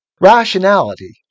Rationality